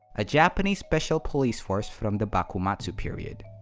a japanese special police force from the bakumatsu period.